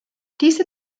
diese